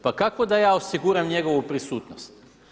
Pa kako da ja osiguram njegovu prisutnost?